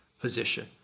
position